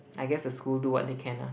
I guess the school do what they can lah